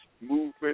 movement